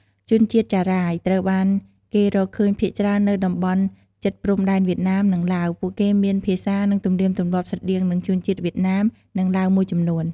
ជនជាតិចារាយ ត្រូវបានគេរកឃើញភាគច្រើននៅតំបន់ជិតព្រំដែនវៀតណាម និងឡាវ ពួកគេមានភាសា និងទំនៀមទម្លាប់ស្រដៀងនឹងជនជាតិវៀតណាម និងឡាវមួយចំនួន។